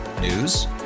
News